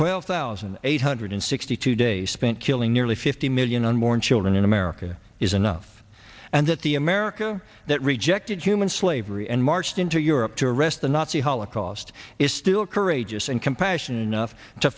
twelve thousand eight hundred sixty two days spent killing nearly fifty million and more and children in america is enough and that the america that rejected human slavery and marched into europe to arrest the nazi holocaust is still courageous and compassionate enough to